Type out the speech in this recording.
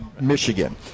Michigan